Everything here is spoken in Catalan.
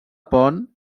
pont